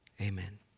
Amen